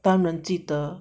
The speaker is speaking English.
淡然记得